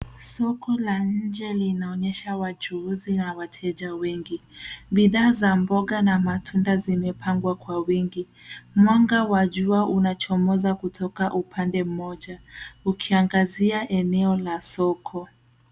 Soko la nje linaonyesha wachuuzi au wateja wengi. Bidhaa za mboga na matunda zimepangwa kwa wingi. Mwanga wa jua unachomoza kutoka upande mmoja ukiangazia eneo la soko.